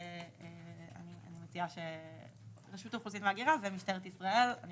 אני מציעה שרשות האוכלוסין ההגירה ומשטרת ישראל אני